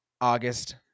August